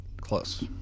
Close